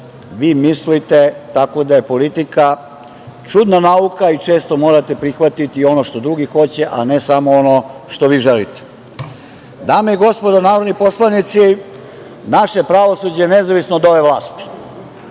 vi mislite, tako da je politika čudna nauka i često morate prihvatiti ono što drugi hoće, a ne samo ono što vi želite. Dame i gospodo narodni poslanici, naše pravosuđe je nezavisno od ove vlasti.